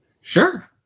sure